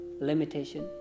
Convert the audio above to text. limitation